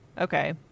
Okay